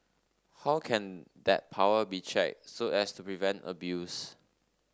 how can that power be checked so as to prevent abuse